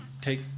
take